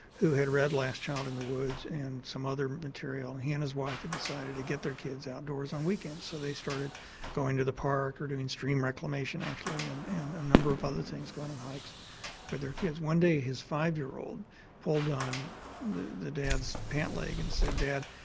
who had read last child in the woods and some other material, and he and his wife had decided to get their kids outdoors on weekends. so they started going to the park or doing stream reclamation actually, and and number of other things, going on hikes with their kids. one day his five-year-old pulled on the dad's pant-leg and said, dad,